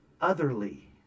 otherly